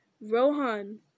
Rohan